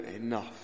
enough